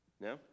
No